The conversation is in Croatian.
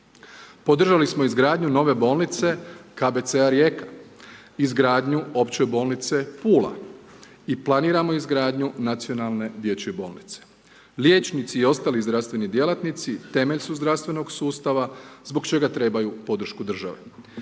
Podržali smo izgradnju nove bolnice KBC-a Rijeka, izgradnju opće bolnice Pula i planiramo izgradnju Nacionalne dječje bolnice. Liječnici i ostali zdravstveni djelatnici temelj su zdravstvenog sustava zbog čega trebaju podršku države.